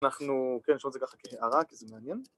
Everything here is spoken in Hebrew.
‫אנחנו... כן, נשמור את זה ככה ‫כהערה, כי זה מעניין.